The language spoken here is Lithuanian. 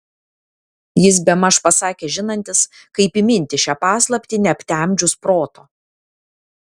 jis bemaž pasakė žinantis kaip įminti šią paslaptį neaptemdžius proto